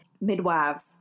midwives